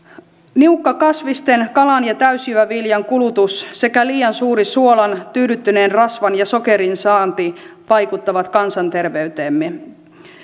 niukka kasvisten kalan ja täysjyväviljan kulutus sekä liian suuri suolan tyydyttyneen rasvan ja sokerin saanti vaikuttavat kansanterveyteemme